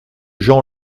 jean